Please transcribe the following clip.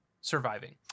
Surviving